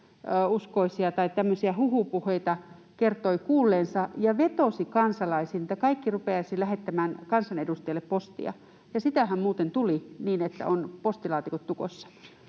jossa hän tämmöisiä huhupuheita kertoi kuulleensa ja vetosi kansalaisiin, että kaikki rupeaisivat lähettämään kansanedustajille postia. Sitähän muuten tuli niin, että ovat postilaatikot tukossa.